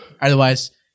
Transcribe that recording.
Otherwise